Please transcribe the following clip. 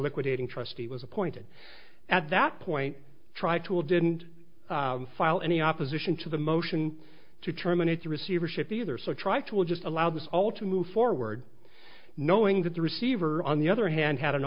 liquidating trustee was appointed at that point try to a didn't file any opposition to the motion to terminate the receivership either so try to will just allow this all to move forward knowing that the receiver on the other hand had an